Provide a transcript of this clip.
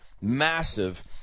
massive